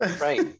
right